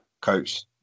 Coach